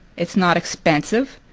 it's not expensive.